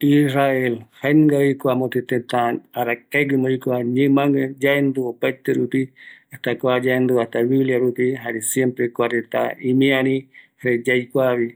Isrrael jaenungavi jae mopeti teta arakegui ma oiko va, ñimague yaendu opaete rupi hasta kua yaendu biblia rupi, jare siempre kua reta imiari jare yaikuavi,